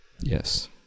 yes